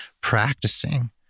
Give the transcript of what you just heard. practicing